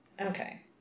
Okay